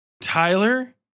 Tyler